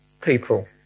people